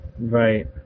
Right